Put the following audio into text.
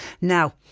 Now